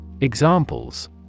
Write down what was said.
Examples